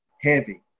heavy